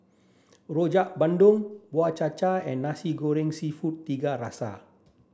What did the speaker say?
Rojak Bandung Bubur Cha Cha and Nasi Goreng Seafood Tiga Rasa